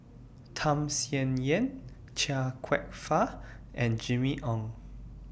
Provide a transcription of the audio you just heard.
Tham Sien Yen Chia Kwek Fah and Jimmy Ong